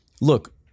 look